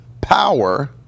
power